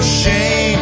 shame